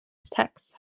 texts